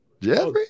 Jeffrey